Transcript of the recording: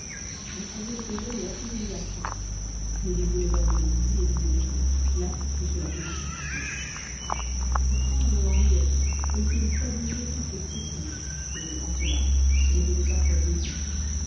le troisième était jeune et assez joli garçon mais il voulait faire de l'esprit et disait des choses si plates que cela faisait pitié pourtant la veuve en riait comme si elle eût admiré toutes ces sottises et en cela elle ne faisait pas preuve de goût